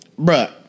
bruh